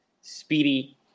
speedy